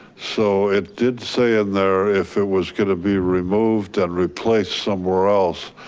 so it did say in there if it was gonna be removed and replaced somewhere else,